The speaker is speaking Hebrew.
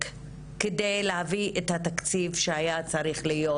כדי להביא את התקציב שהיה צריך להיות,